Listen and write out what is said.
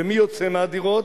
ומי יוצא מהדירות?